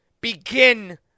begin